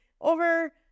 over